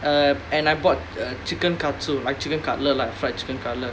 uh and I bought uh chicken katsu like chicken cutlet lah fried chicken cutlet